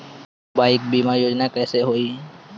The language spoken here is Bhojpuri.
बाईक बीमा योजना कैसे होई?